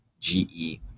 GE